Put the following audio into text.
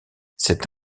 cette